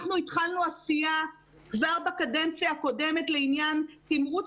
אנחנו התחלנו עשייה כבר בקדנציה הקודמת לעניין תמרוץ